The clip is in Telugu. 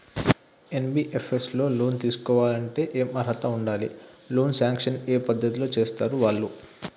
ఎన్.బి.ఎఫ్.ఎస్ లో లోన్ తీస్కోవాలంటే ఏం అర్హత ఉండాలి? లోన్ సాంక్షన్ ఏ పద్ధతి లో చేస్తరు వాళ్లు?